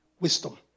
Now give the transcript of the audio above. wisdom